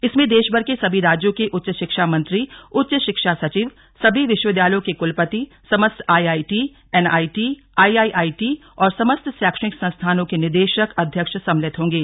इसमें देशभर के सभी राज्यों के उच्च शिक्षा मंत्री उच्च शिक्षा सचिव सभी विश्वविद्यालय के कुलपति समस्त आईआईटी एनआईटी आईआईटी और समस्त शैक्षणिक संस्थानों के निदेशक अध्यक्ष सम्मिलित होंगे